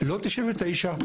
לא 99%,